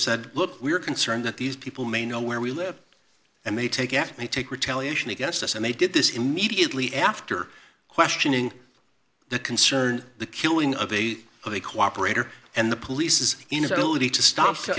said look we are concerned that these people may know where we live and they take after me take retaliation against us and they did this immediately after questioning the concern the killing of a of a cooperator and the police's inability to stop so